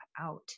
out